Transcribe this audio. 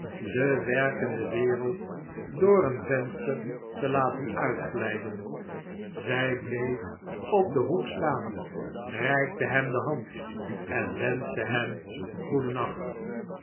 de werkende wereld door een venster te laten uitglijden zij bleefopden hoek staan reikte hem de hand en wenschte hem goedennacht